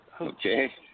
Okay